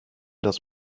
das